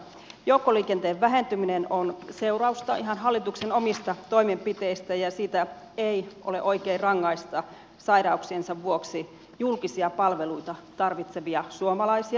joukkoliikenteen vähentyminen on seurausta ihan hallituksen omista toimenpiteistä ja siitä ei ole oikein rangaista sairauksiensa vuoksi julkisia palveluita tarvitsevia suomalaisia